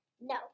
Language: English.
No